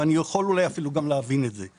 ואני יכול אולי אפילו גם להבין את זה.